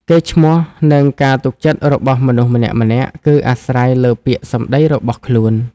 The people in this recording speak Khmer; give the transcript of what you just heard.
កេរ្តិ៍ឈ្មោះ និងការទុកចិត្តរបស់មនុស្សម្នាក់ៗ គឺអាស្រ័យលើពាក្យសម្ដីរបស់ខ្លួន។